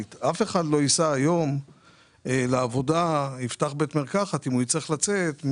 לא יפתח בית מרקחת בדרום אם הוא גר בגליל.